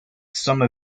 some